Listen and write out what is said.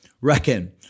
reckon